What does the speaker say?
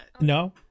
No